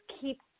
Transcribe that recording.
keep